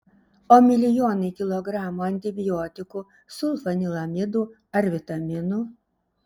o milijonai kg antibiotikų sulfanilamidų ar vitaminų